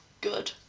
good